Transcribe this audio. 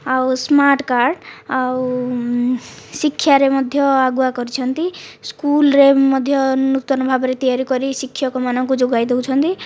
ଆଉ smart card ଆଉ ଶିକ୍ଷାରେ ମଧ୍ୟ ଆଗୁଆ କରିଛନ୍ତି ସ୍କୁଲ୍ରେ ମଧ୍ୟ ନୂତନ ଭାବରେ ତିଆରି କରି ଶିକ୍ଷକମାନଙ୍କୁ ଯୋଗାଇ ଦେଉଛନ୍ତି